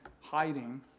hiding